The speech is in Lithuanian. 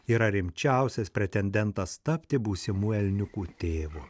yra rimčiausias pretendentas tapti būsimų elniukų tėvu